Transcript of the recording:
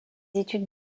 études